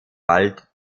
bald